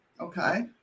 Okay